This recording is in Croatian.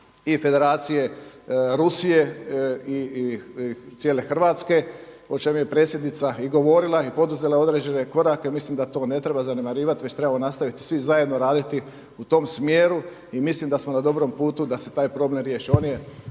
i Federacije Rusije i cijele Hrvatske o čem je predsjednica i govorila i poduzela određene korake. Mislim da to ne treba zanemarivati već trebamo svi zajedno raditi u tom smjeru i mislim da smo na dobrom putu da se taj problem riješi.